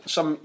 Som